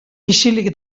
isilik